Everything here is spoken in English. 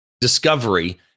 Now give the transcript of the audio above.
Discovery